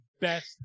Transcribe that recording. best